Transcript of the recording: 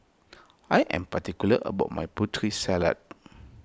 I am particular about my Putri Salad